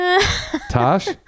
Tosh